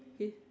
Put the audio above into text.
his